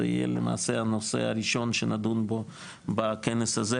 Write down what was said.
זה יהיה למעשה הנושא הראשון שנדון בו בכנס הזה,